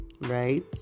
Right